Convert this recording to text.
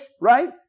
right